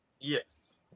Yes